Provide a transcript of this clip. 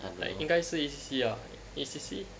应该是 E_C_C ah E_C_C